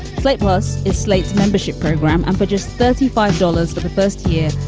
slate plus is slate's membership program. and for just thirty five dollars for the first year,